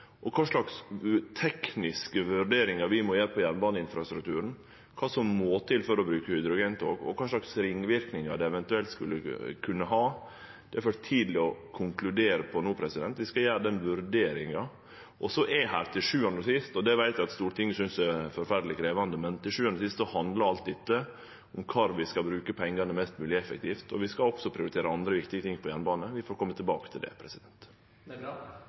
tekniske vurderingar av jernbaneinfrastrukturen vi må gjere, kva som må til for å bruke hydrogentog, og kva for ringverknader det eventuelt kunne ha, er for tidleg å konkludere om no. Vi skal gjere den vurderinga. Til sjuande og sist – og det veit eg at Stortinget synest er forferdeleg krevjande – handlar alt dette om korleis vi kan bruke pengane mest mogleg effektivt. Vi skal også prioritere andre viktige ting når det gjeld jernbane. Vi får kome tilbake til det. Jeg takker for svaret. Det